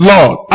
Lord